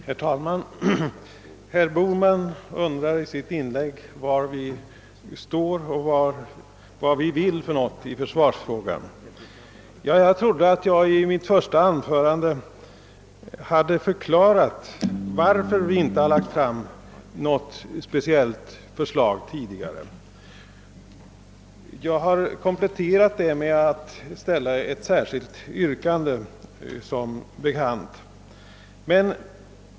Herr talman! Herr Bohman undrade i sitt inlägg var vi står och vad vi vill i försvarsfrågan. Jag trodde att jag i mitt första anförande hade förklarat varför vi inte har lagt fram något speciellt för slag tidigare, och jag kompletterade min framställning med att ställa ett särskilt yrkande.